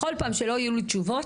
בכל פעם שלא יהיו לי תשובות,